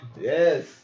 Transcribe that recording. Yes